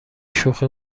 شوخی